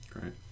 Great